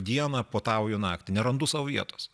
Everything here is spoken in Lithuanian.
dieną puotauju naktį nerandu sau vietos